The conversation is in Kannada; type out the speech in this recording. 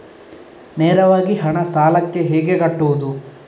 ನೇರವಾಗಿ ಹಣ ಸಾಲಕ್ಕೆ ಹೇಗೆ ಕಟ್ಟುವುದು?